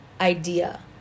idea